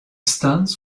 stands